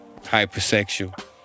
Hypersexual